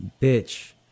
Bitch